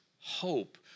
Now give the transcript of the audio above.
hope